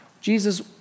Jesus